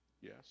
Yes